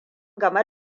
game